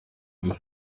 gihe